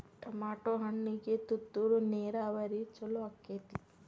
Tomato ಹಣ್ಣಿಗೆ ತುಂತುರು ನೇರಾವರಿ ಛಲೋ ಆಕ್ಕೆತಿ?